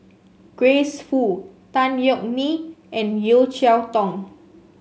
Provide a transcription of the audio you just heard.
Grace Fu Tan Yeok Nee and Yeo Cheow Tong